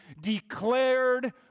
declared